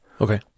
Okay